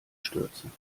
stürzen